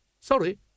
Sorry